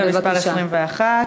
עכשיו שאילתה מס' 21,